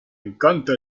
encanta